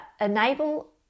enable